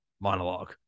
monologue